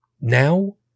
now